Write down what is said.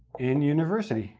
in university